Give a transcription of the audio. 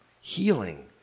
healing